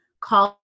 call